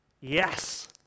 Yes